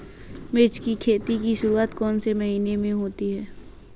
मिर्च की खेती की शुरूआत कौन से महीने में होती है?